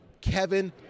Kevin